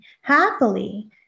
happily